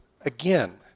again